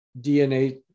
DNA